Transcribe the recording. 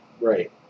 right